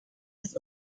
des